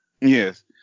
Yes